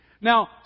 Now